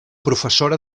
professora